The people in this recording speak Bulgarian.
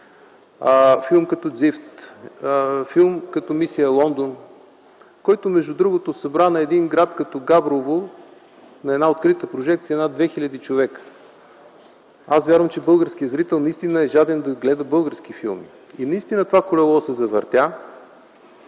„Дзифт”, „Мисия Лондон”, който, между другото, събра в един град като Габрово на открита прожекция над 2000 човека), аз вярвам, че българският зрител наистина е жаден да гледа български филми. Наистина колелото се завъртя,